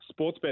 Sportsbet